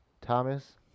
Thomas